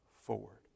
forward